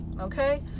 Okay